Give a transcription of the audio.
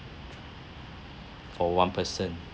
for one person